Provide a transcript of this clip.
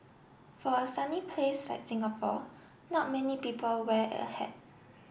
for a sunny place like Singapore not many people wear a hat